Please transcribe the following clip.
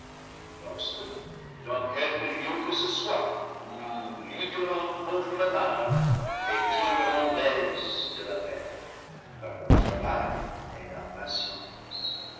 lorsque dans quelque lieu que ce soit nous lutterons contre le mal et tirerons l'aise de la peine par le travail et la